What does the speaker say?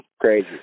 Crazy